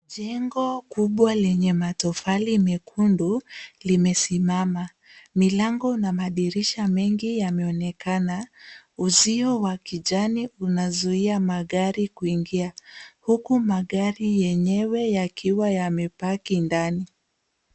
Jengo kubwa lenye matofali mekundu limesimama. Milango na madirisha mengi yameonekana. Uzio wa kijani unazuia magari kuingia. Huku magari yenyewe yakiwa yamepaki ndani.